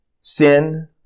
sin